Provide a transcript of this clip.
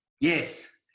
Yes